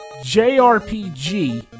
JRPG